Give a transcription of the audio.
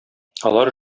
алар